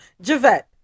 Javette